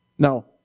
Now